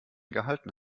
gehalten